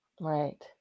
right